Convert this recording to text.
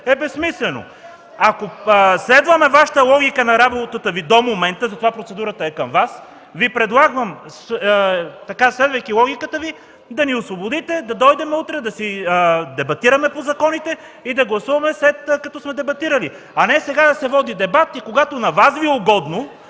е безсмислено. Ако следваме Вашата логика на работата Ви до момента, затова процедурата е към Вас, Ви предлагам да ни освободите, да дойдем утре, да дебатираме по законите и да гласуваме след като сме дебатирали. А не сега да се води дебат и когато на Вас Ви е угодно